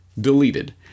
deleted